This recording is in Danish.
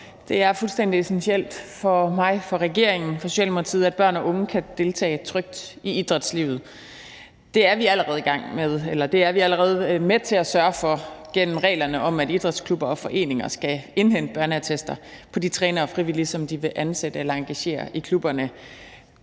Det er fuldstændig essentielt for mig, for regeringen, for Socialdemokratiet, at børn og unge kan deltage i trygt i idrætslivet. Det er vi allerede med til at sørge for gennem reglerne om, at idrætsklubber og foreninger skal indhente børneattester på de trænere og frivillige, som de vil ansætte eller engagere i klubberne.